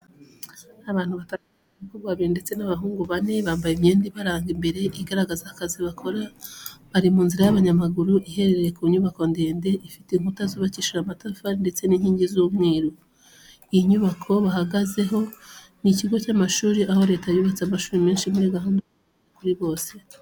Abantu batandatu, abakobwa babiri ndetse n’abahungu bane bambaye imyenda ibaranga mbega igaragaza akazi bakora, bari mu nzira y’abanyamaguru iherereye ku nyubako ndende, ifite inkuta zubakishije amatafari ndetse n’inkingi z’umweru. Iyi nyubako bahagazeho ni ikigo cy’amashuri, aho Leta yubatse amashuri menshi muri gahunda y’uburezi kuri bose.